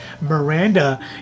Miranda